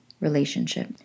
relationship